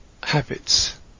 habits